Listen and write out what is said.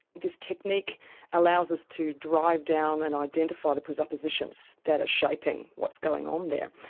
this technique allows us to drive down and identify the presuppositions that are shaping what's going on there.